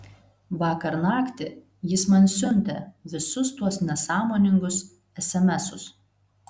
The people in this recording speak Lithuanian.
vakar naktį jis man siuntė visus tuos nesąmoningus esemesus